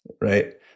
right